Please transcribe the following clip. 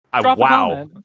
wow